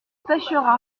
pêchera